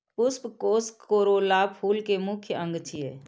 पुष्पकोष कोरोला फूल के मुख्य अंग छियै